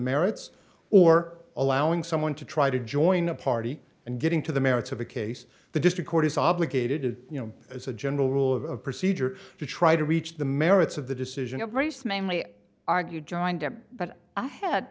merits or allowing someone to try to join the party and getting to the merits of the case the district court is obligated you know as a general rule of a procedure to try to reach the merits of the decision of race mainly i argued joined but i had